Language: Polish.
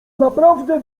naprawdę